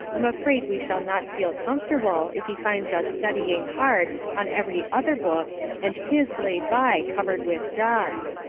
i'm afraid we shall not feel comfortable if he finds us studying hard on every other book and his laid by covered with dust.